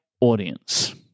audience